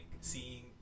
seeing